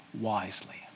wisely